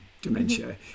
dementia